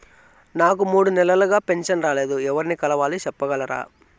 నాకు మూడు నెలలుగా పెన్షన్ రాలేదు ఎవర్ని కలవాలి సెప్పగలరా?